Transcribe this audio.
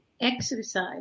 exercise